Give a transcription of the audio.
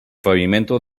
pavimento